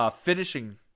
finishing